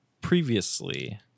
previously